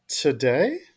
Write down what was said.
today